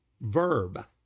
verb